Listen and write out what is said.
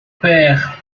père